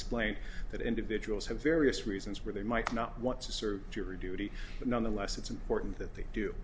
explains that individuals have various reasons why they might not want to serve jury duty but nonetheless it's important that they do